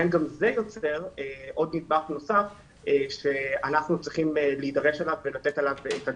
גם זה יוצר נדבך נוסף שאנחנו צריכים להידרש אליו לתת עליו את הדעת.